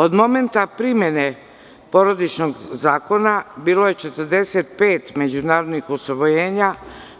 Od momenta primene porodičnog zakona bilo je 45 međunarodnih usvojenja,